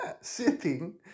sitting